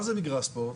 מה זה מגרש ספורט?